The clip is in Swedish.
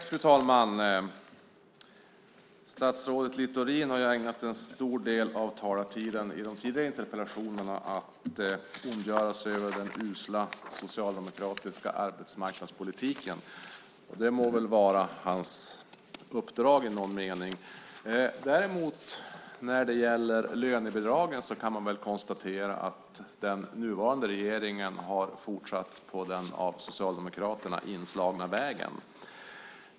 Fru talman! Statsrådet Littorin har ägnat en stor del av talartiden i de tidigare interpellationsdebatterna åt att ondgöra sig över den usla socialdemokratiska arbetsmarknadspolitiken. Det må vara hans uppdrag i någon mening. När det gäller lönebidragen kan man däremot konstatera att den nuvarande regeringen har fortsatt på den av Socialdemokraterna inslagna vägen.